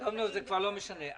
זה כבר לא משנה.